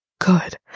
good